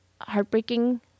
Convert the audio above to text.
heartbreaking